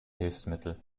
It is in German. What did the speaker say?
hilfsmittel